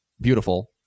beautiful